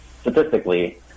statistically